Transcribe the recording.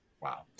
Wow